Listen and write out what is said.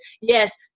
Yes